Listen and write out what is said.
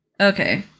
Okay